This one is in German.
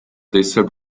deshalb